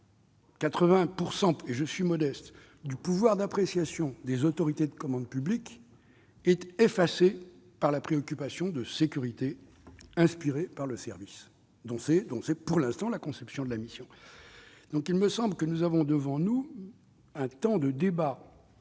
80 %, et je suis modeste, du pouvoir d'appréciation des autorités de commandes publiques est effacé par la préoccupation de sécurité inspirée par le service, dont c'est pour l'instant la conception de sa mission. Nous avons donc devant nous, me semble-t-il,